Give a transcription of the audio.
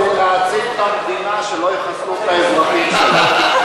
בשביל להציל את המדינה שלא יחסלו את האזרחים שלה.